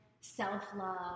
self-love